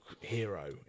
hero